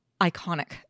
iconic